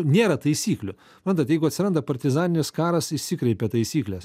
nėra taisyklių matot jeigu atsiranda partizaninis karas išsikreipia taisyklės